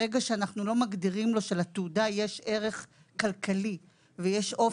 ברגע שאנחנו לא מגדירים לו שלתעודה יש ערך כלכלי ויש אופק,